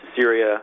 Syria